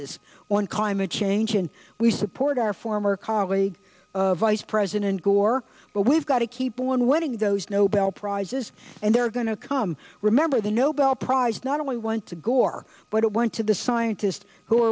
prizes on climate change and we support our former colleague of vice president gore but we've got to keep on winning those nobel prizes and they're going to come remember the nobel prize not only went to gore but it went to the scientists who